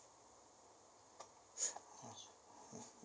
uh uh